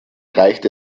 reicht